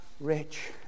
rich